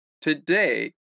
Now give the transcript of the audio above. Today